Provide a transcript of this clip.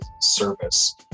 service